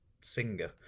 singer